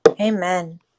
Amen